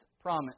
promise